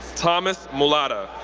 thomas mulata,